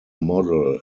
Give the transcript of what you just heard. model